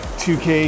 2k